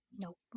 Nope